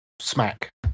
Smack